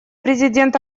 президент